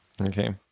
Okay